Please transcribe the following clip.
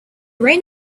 reign